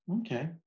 Okay